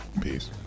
Peace